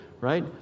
right